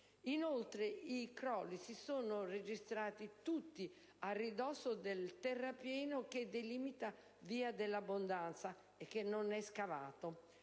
Inoltre, i crolli si sono registrati tutti a ridosso del terrapieno che delimita Via dell'Abbondanza, che non è scavato